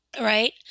right